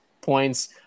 points